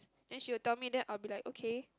then she will tell me then I will be like okay